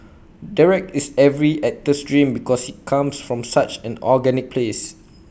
Derek is every actor's dream because he comes from such an organic place